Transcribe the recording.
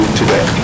today